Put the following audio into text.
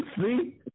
See